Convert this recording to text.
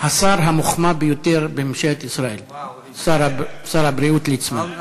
השר המוחמא ביותר בממשלת ישראל, שר הבריאות ליצמן.